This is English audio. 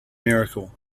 miracle